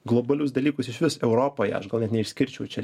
globalius dalykus išvis europoje aš gal net neišskirčiau čia